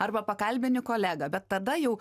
arba pakalbini kolegą bet tada jau